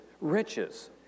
riches